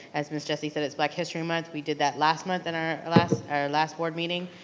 as ms. jessie said, it's black history month, we did that last month in our last our last board meeting,